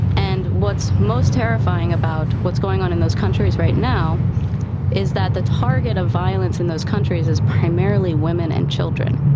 and what's most terrifying about what's going on in those countries right now is that the target of violence in those countries is primarily women and children.